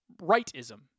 rightism